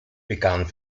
begann